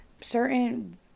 certain